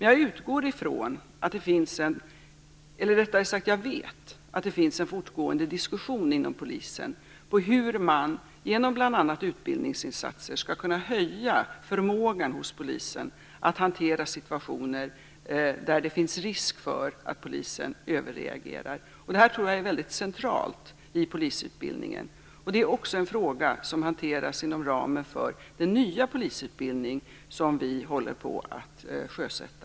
Jag vet att det finns en fortgående diskussion inom polisen om hur man, bl.a. genom utbildningsinsatser, skall kunna höja förmågan hos polisen att hantera situationer där det finns risk för att polisen överreagerar. Det här tror jag är mycket centralt i polisutbildningen. Det är också en fråga som hanteras inom ramen för den nya polisutbildning som vi håller på att sjösätta.